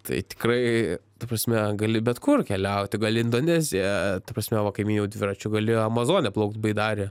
tai tikrai ta prasme gali bet kur keliauti gali indoneziją ta prasme va kaimynų dviračiu gali amazonę plaukt baidare